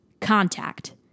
Contact